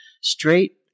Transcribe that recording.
Straight